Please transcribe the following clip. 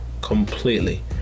completely